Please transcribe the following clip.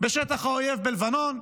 בשטח האויב בלבנון,